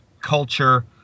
culture